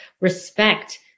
respect